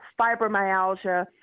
fibromyalgia